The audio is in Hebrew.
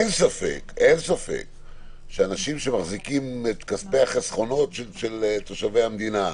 אין ספק שאנשים שמחזיקים את כספי החסכונות של תושבי המדינה,